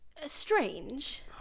strange